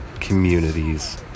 communities